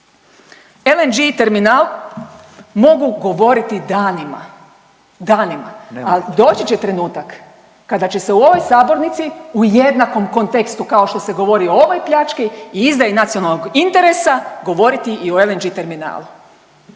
LNG terminal mogu govoriti danima, danima. Ali doći će trenutak kada će se u ovoj sabornici u jednakom kontekstu kao što se govori o ovoj pljački i izdaji nacionalnog interesa govoriti i o LNG terminalu.